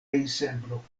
ensemblo